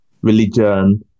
religion